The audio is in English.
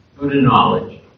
Buddha-knowledge